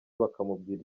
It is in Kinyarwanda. bakamubwira